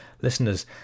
Listeners